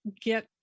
get